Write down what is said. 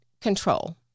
control